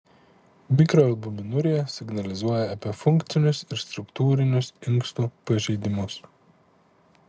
mikroalbuminurija signalizuoja apie funkcinius ir struktūrinius inkstų pažeidimus